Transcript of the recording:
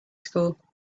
school